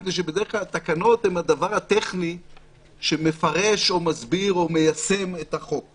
מפני שבדרך כלל התקנות הן הדבר הטכני שמפרש או מסביר או מיישם את החוק.